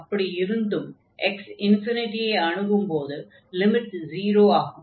அப்படி இருந்தும் x ஐ அணுகும்போது லிமிட் 0 ஆகும்